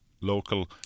local